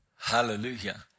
Hallelujah